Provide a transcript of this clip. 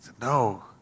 No